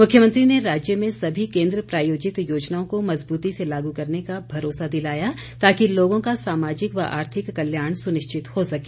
मुख्यमंत्री ने राज्य में सभी केन्द्र प्रायोजित योजनाओं को मजबूती से लागू करने का भरोसा दिलाया ताकि लोगों का सामाजिक व आर्थिक कल्याण सुनिश्चित हो सके